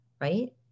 Right